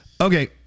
Okay